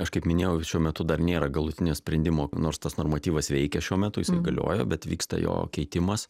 aš kaip minėjau šiuo metu dar nėra galutinio sprendimo nors tas normatyvas veikia šiuo metu jisai galioja bet vyksta jo keitimas